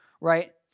right